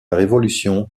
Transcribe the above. révolution